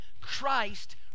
Christ